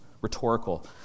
rhetorical